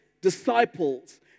disciples